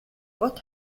what